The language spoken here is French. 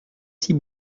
six